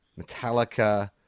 Metallica